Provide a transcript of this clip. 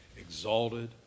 exalted